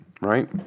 right